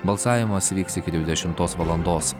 balsavimas vyks iki dvidešimtos valandos